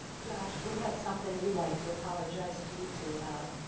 josh, we have something we'd like to apologize to you two about.